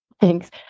thanks